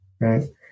Right